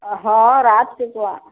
अ हाँ रात के तो आ